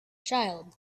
child